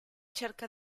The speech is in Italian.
cerca